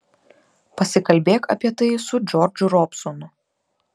pasikalbėk apie tai su džordžu robsonu